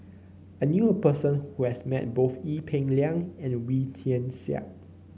I knew a person who has met both Ee Peng Liang and Wee Tian Siak